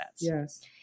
yes